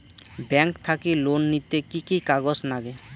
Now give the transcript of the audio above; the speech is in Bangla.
ব্যাংক থাকি লোন নিতে কি কি কাগজ নাগে?